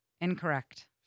Incorrect